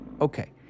Okay